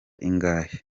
ingahe